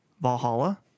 Valhalla